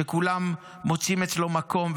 שכולם מוצאים אצלו מקום,